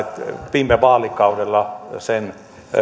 viime vaalikaudella linjasi sen